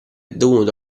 dovuto